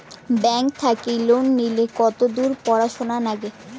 Bank থাকি loan নিলে কতদূর পড়াশুনা নাগে?